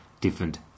different